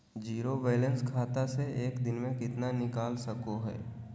Zero balance खाता से एक दिन में कितना निकाल सको है?